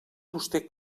vostè